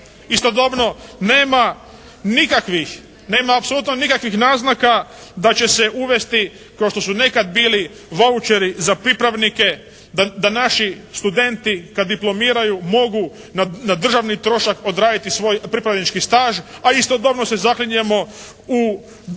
Istodobno nema nikakvih, nema apsolutno nikakvih naznaka da će se uvesti kao što su nekad bili vaučeri za pripravnike da naši studenti kad diplomiraju mogu na državni trošak odraditi svoj pripravnički staž, a istodobno se zaklinjemo u društvo